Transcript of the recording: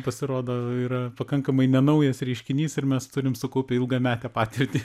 pasirodo yra pakankamai nenaujas reiškinys ir mes turim sukaupę ilgametę patirtį